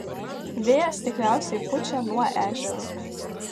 vėjas tikriausiai pučia nuo ežero